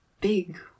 big